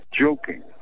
joking